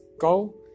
go